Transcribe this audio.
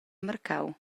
marcau